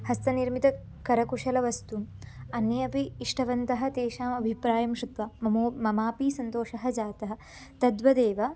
हस्तनिर्मितं करकुशलवस्तु अन्ये अपि इष्टवन्तः तेषामभिप्रायं श्रुत्वा मम ममापि सन्तोषः जातः तद्वदेव